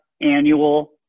annual